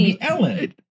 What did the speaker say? Ellen